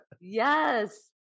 yes